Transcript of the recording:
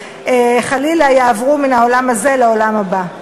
חלילה יעברו מן העולם הזה לעולם הבא.